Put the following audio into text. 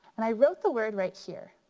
and i wrote the word right here,